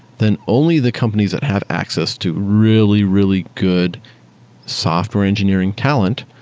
then only the companies that have access to really, really good software engineering talent,